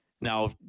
now